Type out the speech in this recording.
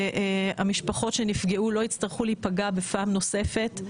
שהמשפחות שנפגעו לא יצטרכו להיפגע בפעם נוספת,